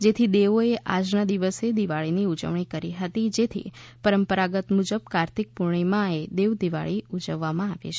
જેથી દેવોએ આજના દિવસે દિવાળીની ઉજવણી કરી હતી જેથી પરંપરા મુજબ કાર્તિક પૂર્ણિમાએ દેવદિવાળી ઉજવવામાં આવે છે